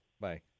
bye